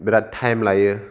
बिरात टाइम लायो